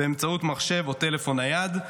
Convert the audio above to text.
באמצעות מחשב או טלפון נייד.